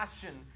passion